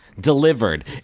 delivered